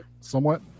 Somewhat